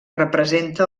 representa